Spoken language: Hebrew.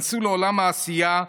היכנסו לעולם העשייה,